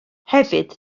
hefyd